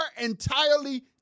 entirely